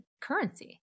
currency